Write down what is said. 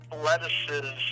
Lettuce's